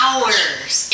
Hours